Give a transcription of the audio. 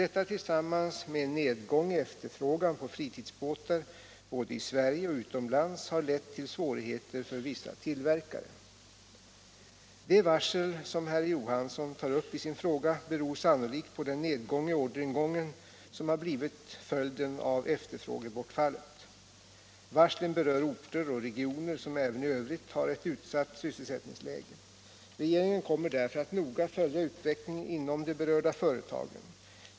Detta tillsammans med en nedgång i efterfrågan på fritidsbåtar både i Sverige och utomlands har lett till svårigheter för vissa tillverkare. De varsel som herr Johansson tar upp i sin fråga beror sannolikt på den nedgång i orderingången som har blivit följden av efterfrågebortfallet. Varslen berör orter och regioner som även i Övrigt har ett utsatt sysselsättningsläge. Regeringen kommer därför att noga följa utvecklingen inom de berörda företagen.